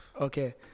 okay